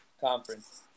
conference